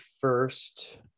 first